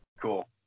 cool